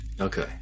Okay